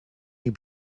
you